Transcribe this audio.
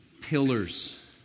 pillars